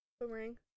boomerang